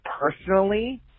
personally